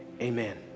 Amen